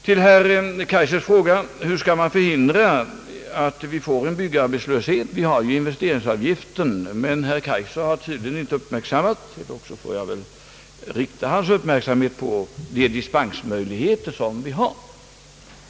På herr Kaijsers fråga om man skall förhindra att vi får en byggarbetslöshet vill jag svara att vi visserligen har investeringsavgiften, men herr Kaijser har tydligen inte uppmärksammat, och då får jag väl rikta hans uppmärksamhet därpå, de dispensmöjligheter som vi här har.